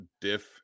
diff